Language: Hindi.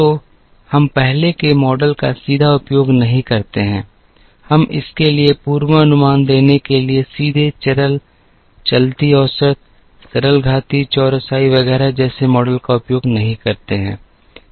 तो हम पहले के मॉडल का सीधे उपयोग नहीं करते हैं हम इसके लिए पूर्वानुमान देने के लिए सीधे सरल चलती औसत सरल घातीय चौरसाई वगैरह जैसे मॉडल का उपयोग नहीं करते हैं